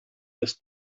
des